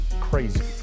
crazy